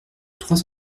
trois